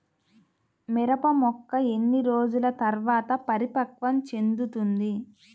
మిరప మొక్క ఎన్ని రోజుల తర్వాత పరిపక్వం చెందుతుంది?